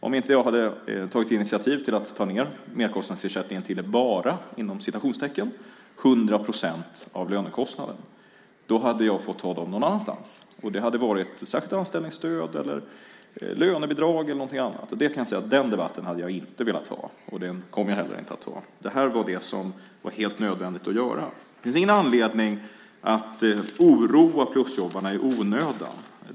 Om jag inte hade tagit initiativ till att ta ned merkostnadsersättningen till "bara" 100 procent av lönekostnaden så hade jag fått ta den kostnaden någon annanstans. Det kunde som sagt ha gällt anställningsstöd, lönebidrag eller någonting annat. Jag kan säga att den debatten hade jag inte velat ha, och jag kommer heller inte att ha den. Det här var det som var helt nödvändigt att göra. Det finns ingen anledning att oroa plusjobbarna i onödan.